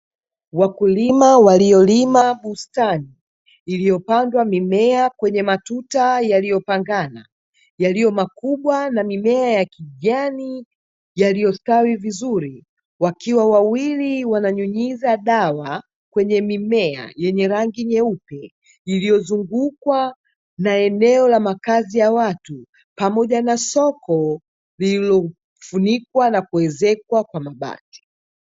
Wakulima waliolima bustani iliyopandwa mimea kwenye matuta yaliyopangana, yaliyo makubwa na mimea ya kijani yaliyostawi vizuri; wakiwa wawili wananyunyiza dawa kwenye mimea yenye rangi nyeupe iliyozungukwa na eneo la makazi ya watu, pamoja na soko lililofunikwa na kuwezekwa kwa mabati.